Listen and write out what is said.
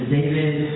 David